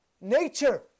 nature